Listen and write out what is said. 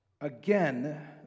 again